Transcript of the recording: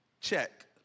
check